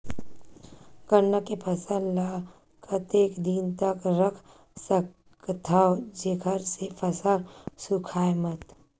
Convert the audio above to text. गन्ना के फसल ल कतेक दिन तक रख सकथव जेखर से फसल सूखाय मत?